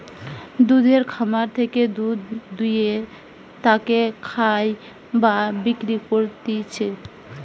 দুধের খামার থেকে দুধ দুয়ে তাকে খায় বা বিক্রি করতিছে